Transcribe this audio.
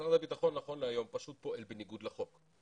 משרד הביטחון, נכון להיום, פשוט פועל בניגוד לחוק.